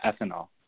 ethanol